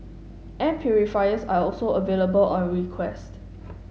air purifiers are also available on request